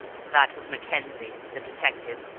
that was mackenzie, the detective.